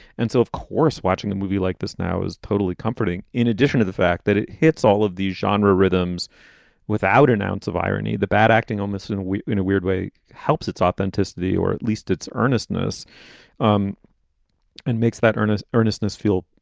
and so, of course, watching a movie like this now is totally comforting. in addition to the fact that it hits all of these genre rhythms without an ounce of irony, the bad acting almost and in a weird way helps its authenticity or at least its earnestness um and makes that earnest earnestness feel.